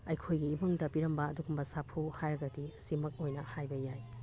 ꯑꯩꯈꯣꯏꯒꯤ ꯏꯃꯨꯡꯗ ꯄꯤꯔꯝꯕ ꯑꯗꯨꯒꯨꯝꯕ ꯁꯥꯐꯨ ꯍꯥꯏꯔꯒꯗꯤ ꯑꯁꯤꯃꯛ ꯑꯣꯏꯅ ꯍꯥꯏꯕ ꯌꯥꯏ